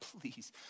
please